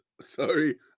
sorry